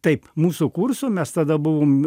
taip mūsų kurso mes tada buvom